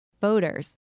voters